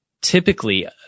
Typically